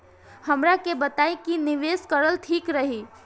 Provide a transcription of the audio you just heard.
हमरा के बताई की निवेश करल ठीक रही?